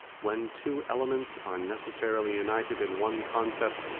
when two elements are necessarily united in one concept,